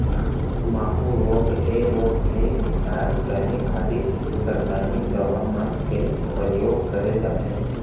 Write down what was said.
माहूँ रोग ऐ रोग के उपचार करे खातिर रसाइनिक दवा मन के परियोग करे जाथे